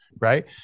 right